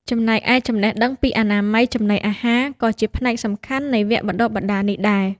ចំណែកឯចំណេះដឹងពីអនាម័យចំណីអាហារក៏ជាផ្នែកសំខាន់នៃវគ្គបណ្ដុះបណ្ដាលនេះដែរ។